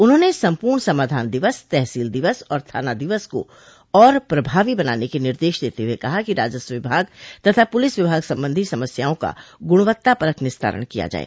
उन्होंने सम्पूर्ण समाधान दिवस तहसील दिवस और थाना दिवस को और प्रभावी बनाने के निर्देश देते हुए कहा कि राजस्व विभाग तथा पुलिस विभाग संबंधी समस्याओं का गुणवत्तापरक निस्तारण किया जाये